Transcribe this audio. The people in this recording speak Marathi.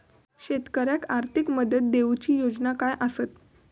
शेतकऱ्याक आर्थिक मदत देऊची योजना काय आसत?